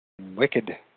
wicked